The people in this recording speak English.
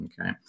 Okay